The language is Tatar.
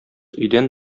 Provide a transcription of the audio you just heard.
өйдән